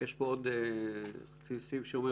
יש פה עוד סעיף שאומר